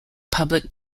public